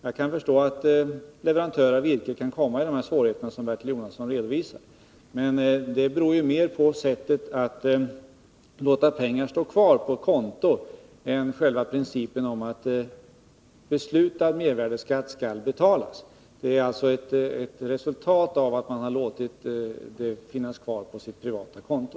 Jag kan förstå att leverantörer av virke kan komma i sådana svårigheter som Bertil Jonasson här redovisar, men det beror mer på sättet att låta pengar stå kvar på ett konto än själva principen om att beslutad mervärdeskatt skall betalas. Det är ett resultat av att man låtit pengar finnas kvar på sitt privata konto.